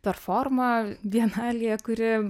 performa bienalėje kuri